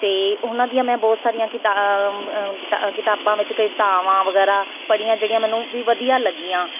ਅਤੇ ਉਹਨਾਂ ਦੀਆਂ ਮੈਂ ਬਹੁਤ ਸਾਰੀਆਂ ਕਿਤਾ ਕਿਤਾਬਾਂ ਵਿੱਚ ਕਵਿਤਾਵਾਂ ਵਗੈਰਾ ਪੜ੍ਹੀਆਂ ਜਿਹੜੀਆਂ ਮੈਨੂੰ ਵੀ ਵਧੀਆ ਲੱਗੀਆਂ